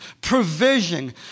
provision